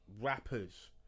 Rappers